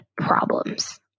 problems